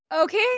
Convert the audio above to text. Okay